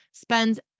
spends